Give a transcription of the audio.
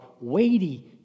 weighty